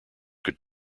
could